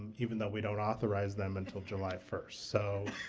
even though we don't authorize them until july first. so,